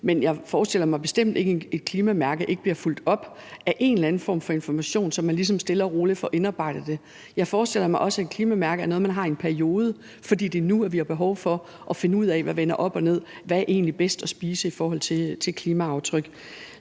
men jeg forestiller mig bestemt ikke, at et klimamærke ikke bliver fulgt op af en eller anden form for information, så man ligesom stille og roligt får indarbejdet det. Jeg forestiller mig også, at et klimamærke er noget, man har i en periode, fordi det er nu, vi har behov for at finde ud af, hvad der vender op og ned, med hensyn til hvad der egentlig er bedst at spise i forhold til klimaaftryk.